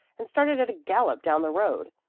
and started at a gallop down the road.